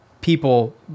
people